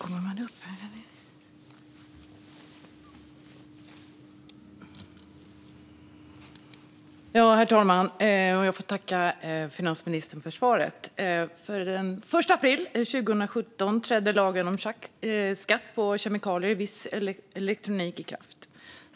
Herr talman! Jag tackar finansministern för svaret. Den 1 april 2017 trädde lagen om skatt på kemikalier i viss elektronik i kraft.